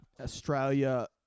Australia